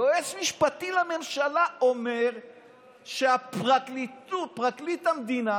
יועץ משפטי לממשלה אומר שפרקליט המדינה,